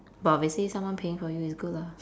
but obviously someone paying for you is good lah